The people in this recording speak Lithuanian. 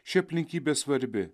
ši aplinkybė svarbi